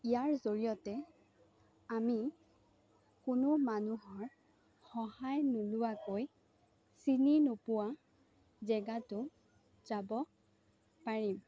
ইয়াৰ জৰিয়তে আমি কোনো মানুহৰ সহায় নোলোৱাকৈ চিনি নোপোৱা জেগাটো যাব পাৰিম